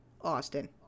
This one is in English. Austin